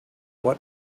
what